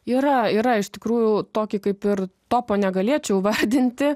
yra yra iš tikrųjų tokį kaip ir topo negalėčiau vardinti